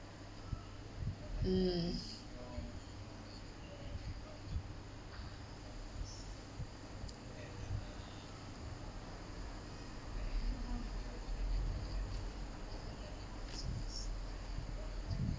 mm